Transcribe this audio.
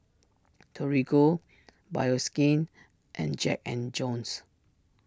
Torigo Bioskin and Jack and Jones